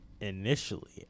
initially